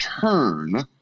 turn